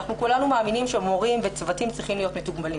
כולנו מאמינים שמורים וצוותים צריכים להיות מתוגמלים,